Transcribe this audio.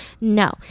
no